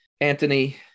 Anthony